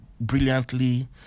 brilliantly